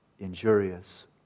injurious